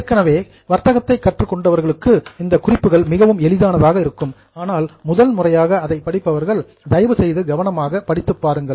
ஏற்கனவே காமர்ஸ் வர்த்தகத்தை கற்றுக் கொண்டவர்களுக்கு இந்த குறிப்புகள் மிகவும் எளிதானதாக இருக்கும் ஆனால் முதல் முறையாக அதை படிப்பவர்கள் தயவு செய்து கவனமாக படித்துப் பாருங்கள்